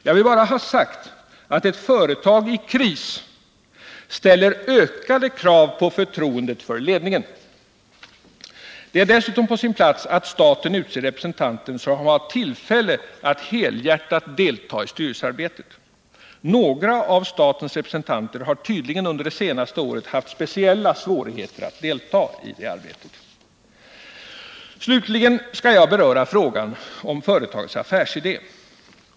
Jag vill bara ha sagt att ett företag i kris ställer ökade krav på förtroendet för ledningen. Det är dessutom på sin plats att staten utser representanter som har tillfälle att helhjärtat delta i styrelsearbetet. Några av statens representanter har tydligen under det senaste året haft speciella svårigheter att delta i det arbetet. Slutligen skall jag beröra frågan om företagets affärsidé.